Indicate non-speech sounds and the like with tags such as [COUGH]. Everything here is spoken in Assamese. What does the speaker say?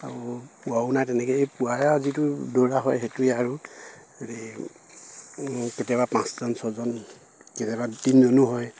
আৰু পোৱাও নাই তেনেকেই পুৱাই আৰু যিটো দৌৰা হয় সেইটোৱে আৰু হেৰি [UNINTELLIGIBLE] কেতিয়াবা পাঁচজন ছয়জন কেতিয়াবা তিনিজনো হয়